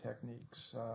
techniques